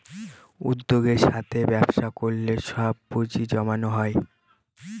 উদ্যোগের সাথে ব্যবসা করলে সব পুজিঁ জমানো হয়